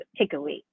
takeaway